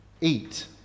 eat